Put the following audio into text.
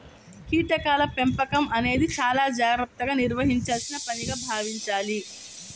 కీటకాల పెంపకం అనేది చాలా జాగర్తగా నిర్వహించాల్సిన పనిగా భావించాలి